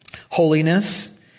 holiness